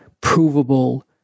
provable